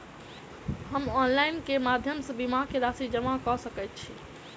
हम ऑनलाइन केँ माध्यम सँ बीमा केँ राशि जमा कऽ सकैत छी?